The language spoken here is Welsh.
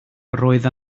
roedd